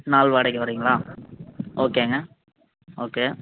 நாள் வாடகை வரீங்களா ஓகேங்க ஓகே